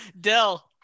Dell